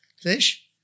fish